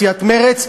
סיעת מרצ,